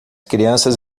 crianças